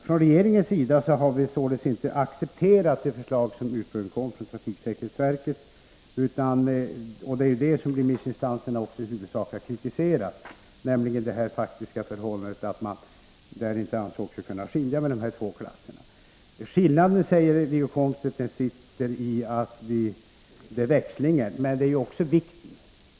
Från regeringens sida har vi således inte accepterat det förslag som Nr 19 ursprungligen kom från trafiksäkerhetsverket. Remissinstansernas kritik Tisdagen den beror ju också på det förhållandet att man inte ansåg sig kunna skilja mellan 8 november 1983 de två klasserna. Wiggo Komstedt säger att skillnaden mellan klasserna gäller växlingen, men den gäller ju också vikten.